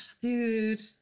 dude